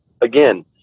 again